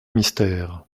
mystère